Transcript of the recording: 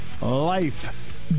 life